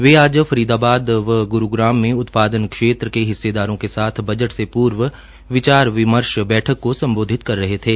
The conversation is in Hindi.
वे आज फरीदाबाद व ग्रुग्राम में उत्पादन क्षेत्र के हिस्सेदारों के साथ बजट से पूर्व विचार विमर्श बैठक को सम्बोधित कर रहे थे